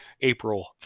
April